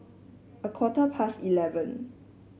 a quarter past eleven